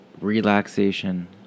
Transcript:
relaxation